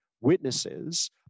witnesses